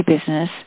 business